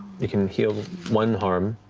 you can heal one harm.